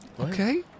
Okay